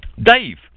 Dave